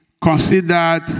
considered